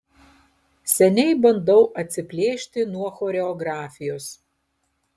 seniai bandau atsiplėšti nuo choreografijos